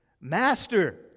Master